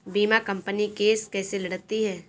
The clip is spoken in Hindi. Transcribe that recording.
बीमा कंपनी केस कैसे लड़ती है?